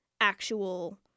actual